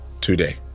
today